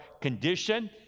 condition